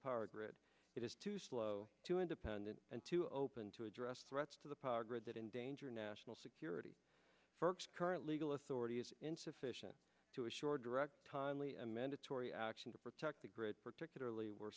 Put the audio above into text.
power grid it is too slow too independent and too open to address threats to the power grid that endanger national security for current legal authority is insufficient to ashore direct timely and mandatory action to protect the grid particularly where